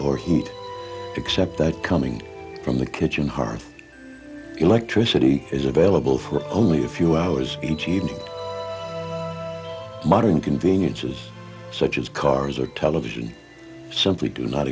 or heat except that coming from the kitchen hearth electricity is available for only a few hours each evening modern conveniences such as cars or television simply do not